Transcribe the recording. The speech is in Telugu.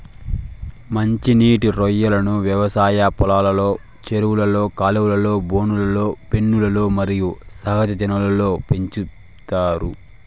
మంచి నీటి రొయ్యలను వ్యవసాయ పొలంలో, చెరువులు, కాలువలు, బోనులు, పెన్నులు మరియు సహజ జలాల్లో పెంచుతారు